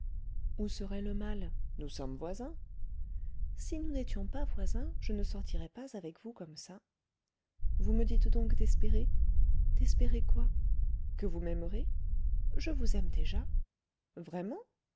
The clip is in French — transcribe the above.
où serait le mal nous sommes voisins si nous n'étions pas voisins je ne sortirais pas avec vous comme ça vous me dites donc d'espérer d'espérer quoi que vous m'aimerez je vous aime déjà vraiment